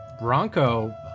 Bronco